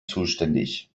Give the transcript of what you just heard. zuständig